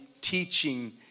teaching